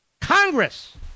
Congress